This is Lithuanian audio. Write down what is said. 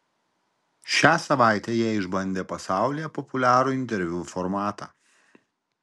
šią savaitę jie išbandė pasaulyje populiarų interviu formatą